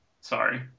Sorry